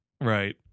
Right